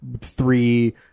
three